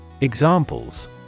Examples